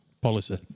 policy